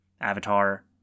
Avatar